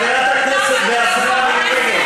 חברת הכנסת והשרה מירי רגב,